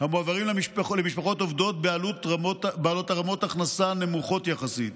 המועברים למשפחות עובדות עם רמות הכנסה נמוכות יחסית.